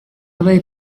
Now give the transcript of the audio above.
wabaye